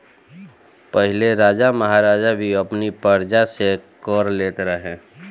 पहिले राजा महाराजा भी अपनी प्रजा से कर लेत रहे